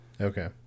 Okay